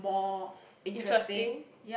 interesting